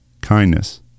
kindness